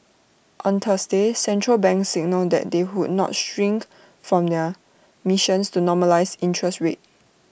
on Thursday central banks signalled that they would not shirk from their missions to normalise interest rates